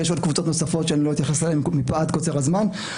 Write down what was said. ויש עוד קבוצות נוספות שאני לא אתייחס אליהן מפאת קוצר הזמן.